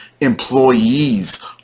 employees